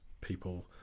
people